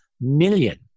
million